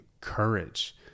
courage